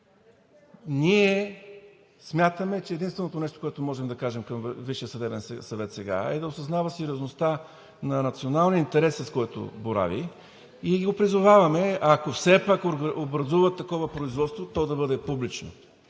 Ние смятаме, че единственото нещо, което можем да кажем към Висшия съдебен съвет сега, е да осъзнава сериозността на националния интерес, с който борави, и го призоваваме, ако все пак образуват такова производство, то да бъде публично